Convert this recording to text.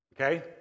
okay